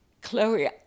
Chloe